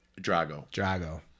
Drago